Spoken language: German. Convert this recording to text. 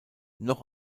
noch